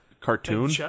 cartoon